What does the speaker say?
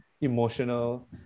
emotional